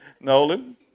Nolan